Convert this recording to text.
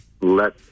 let